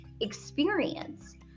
experience